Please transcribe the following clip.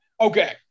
Okay